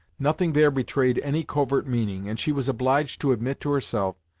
nothing there betrayed any covert meaning, and she was obliged to admit to herself,